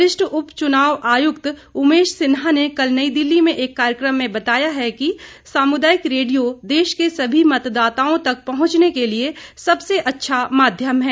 वरिष्ठ उप चुनाव आयुक्त उमेश सिन्हा ने कल नई दिल्ली में एक कार्यक्रम में बताया है कि सामुदायिक रेडियो देश के सभी मतदाताओं तक पहुंचने के लिए सबसे अच्छा माध्यम है